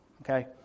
Okay